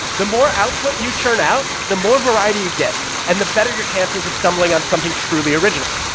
the more output you churn out, the more variety you get and the better your chances of stumbling on something truly original.